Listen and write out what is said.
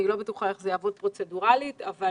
אני לא בטוחה איך זה יעבוד פרוצדורלית אבל